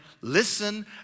listen